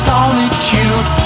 Solitude